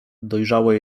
dojrzałe